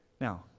Now